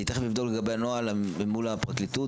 אני תכף אבדוק לגבי הנוהל אל מול הפרקליטות,